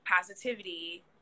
positivity